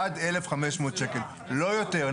עד 1,500 ₪; לא יותר.